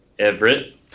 Everett